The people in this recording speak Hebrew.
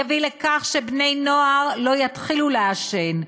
יביא לכך שבני-נוער לא יתחילו לעשן,